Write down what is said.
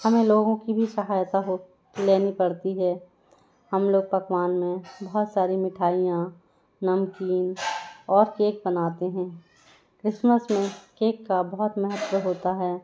हमें लोगों की भी सहायता हो लेनी पढ़ती है हम लोग पकवान में बहुत सारी मिठाइयाँ नमकीन और केक बनाते हैं क्रिसमस में केक का बहुत महत्व होता है